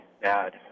bad